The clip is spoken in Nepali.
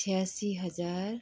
छ्यासी हजार